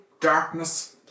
darkness